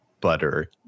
butter